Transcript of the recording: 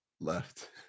left